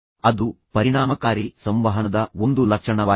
ಅದು ಪರಿಣಾಮಕಾರಿ ಸಂವಹನದ ಒಂದು ಲಕ್ಷಣವಾಗಿದೆ